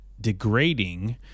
degrading